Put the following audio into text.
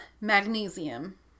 magnesium